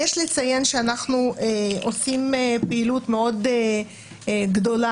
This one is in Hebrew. יש לציין שאנחנו עושים פעילות מאוד גדולה